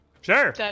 Sure